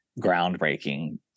groundbreaking